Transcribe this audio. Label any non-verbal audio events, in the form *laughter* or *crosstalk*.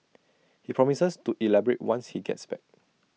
*noise* he promises to elaborate once he gets back